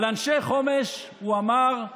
על אנשי חומש הוא אמר: